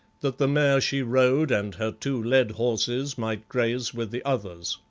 that the mare she rode and her two led horses might graze with the others.